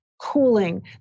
cooling